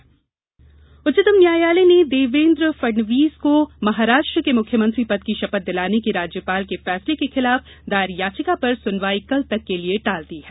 Maharashtra supreme court उच्चतम न्यायालय ने देवेन्द्र फडणवीस को महाराष्ट्र के मुख्यमंत्री पद की शपथ दिलाने के राज्यपाल के फैसले के खिलाफ दायर याचिका पर सुनवाई कल तक के लिये टाल दी है